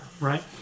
right